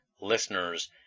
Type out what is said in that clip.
listeners